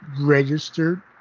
registered